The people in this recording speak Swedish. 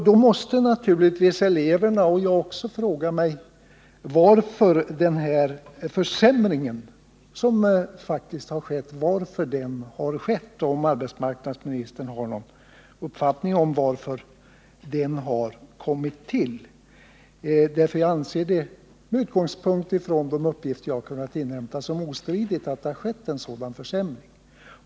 Då måste naturligtvis eleverna, och även jag, fråga sig varför denna försämring har skett. Har arbetsmarknadsministern någon uppfattning om anledningen att det har blivit så? Jag anser, med utgångspunkt i de uppgifter jag har kunnat inhämta, att det är ostridigt att det har skett en sådan försämring.